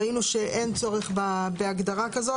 ראינו שאין צורך בהגדרה כזאת.